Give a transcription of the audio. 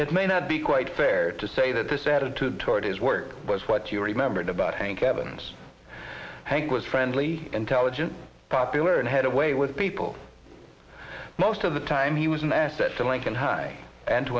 it may not be quite fair to say that this attitude toward his work was what you remembered about thank heavens hank was friendly intelligent popular and had a way with people most of the time he was an asset to lincoln high and